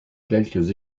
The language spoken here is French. quelques